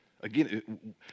Again